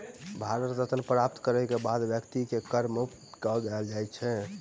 भारत रत्न प्राप्त करय के बाद व्यक्ति के कर मुक्त कय देल जाइ छै